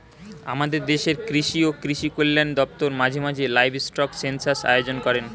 আমাদের দেশের কৃষি ও কৃষি কল্যাণ দপ্তর মাঝে মাঝে লাইভস্টক সেন্সাস আয়োজন করেন